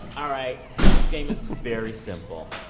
all right. this game is very simple.